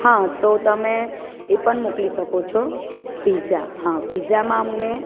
હા તો તમે પણ એ પણ મોકલી શકો છો પીઝા હા પીઝામાં અમને